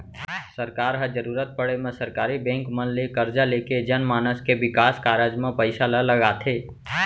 सरकार ह जरुरत पड़े म सरकारी बेंक मन ले करजा लेके जनमानस के बिकास कारज म पइसा ल लगाथे